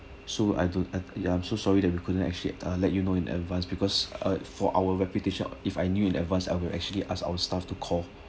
so I don't yeah I'm so sorry that we couldn't actually ah let you know in advance because uh for our reputation if I knew in advance I will actually ask our staff to call